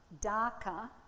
darker